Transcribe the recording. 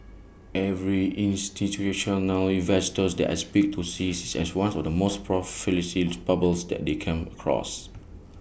every institutional investors that I speak to sees IT as one of the most bubbles that they came across